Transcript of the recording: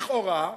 לכאורה,